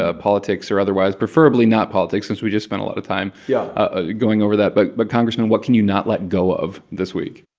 ah politics or otherwise preferably not politics, since we just spent a lot of time. yeah. ah going over that. but but congressman, what can you not let go of this week?